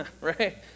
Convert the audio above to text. right